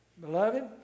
Beloved